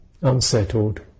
unsettled